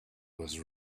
was